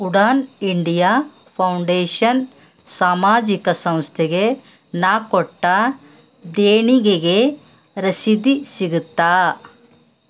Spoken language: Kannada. ಉಡಾನ್ ಇಂಡಿಯಾ ಫೌಂಡೇಶನ್ ಸಾಮಾಜಿಕ ಸಂಸ್ಥೆಗೆ ನಾನು ಕೊಟ್ಟ ದೇಣಿಗೆಗೆ ರಸೀದಿ ಸಿಗತ್ತಾ